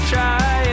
Try